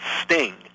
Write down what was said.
sting